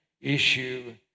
issue